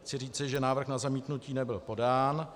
Chci říci, že návrh na zamítnutí nebyl podán.